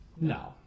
No